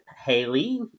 Haley